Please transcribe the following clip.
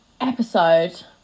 episode